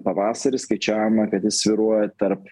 pavasarį skaičiavome kad jis svyruoja tarp